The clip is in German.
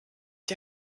die